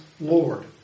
Lord